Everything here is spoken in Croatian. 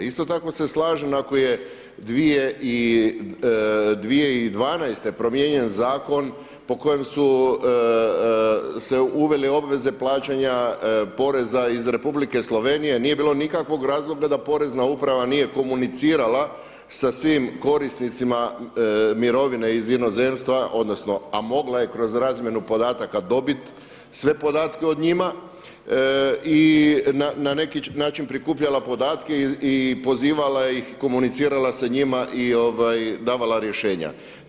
Isto tako se slažem ako je 2012. promijenjen zakon po kojem su se uvele obveze plaćanja poreza iz Republike Slovenije nije bilo nikakvog razloga da Porezna uprava nije komunicirala sa svim korisnicima mirovine iz inozemstva, odnosno a mogla je kroz razmjenu podataka dobit sve podatke o njima i na neki način prikupljala podatke i pozivala ih, komunicirala sa njima i davala rješenja.